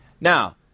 Now